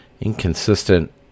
inconsistent